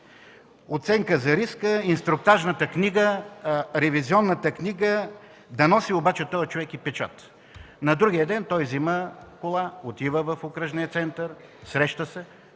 оценка за риска; инструктажната книга; ревизионната книга, да носи и печат. На другия ден той взема кола, отива в окръжния център, срещат се,